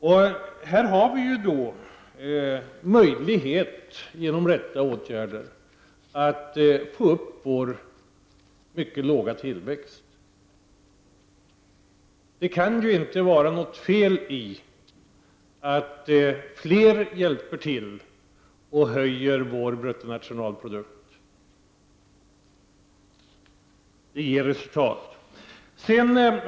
Vi har genom att vidta rätt åtgärder möjlighet öka vår mycket låga tillväxt. Det kan inte vara något fel i att fler hjälper till att höja vår bruttonationalprodukt. Det kommer att ge resultat.